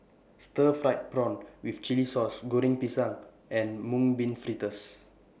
Stir Fried Prawn with Chili Sauce Goreng Pisang and Mung Bean Fritters